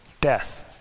Death